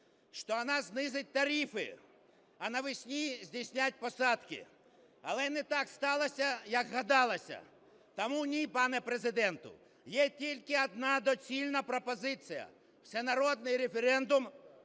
що вона знизить тарифи, а навесні здійснять посадки. Але не так сталося, як гадалося. Тому - ні, пане Президенте. Є тільки одна доцільна пропозиція: всенародний референдум